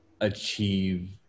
achieve